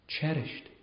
Cherished